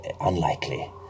unlikely